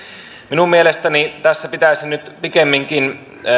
minun mielestäni tässä pitäisi nyt pikemminkin